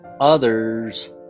others